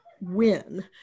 win